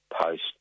post